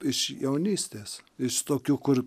iš jaunystės iš tokių kur